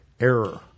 error